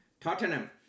Tottenham